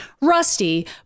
Rusty